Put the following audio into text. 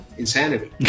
insanity